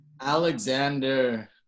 Alexander